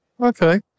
Okay